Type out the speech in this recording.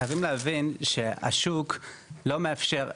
חייבים להבין שהשוק לא מאפשר,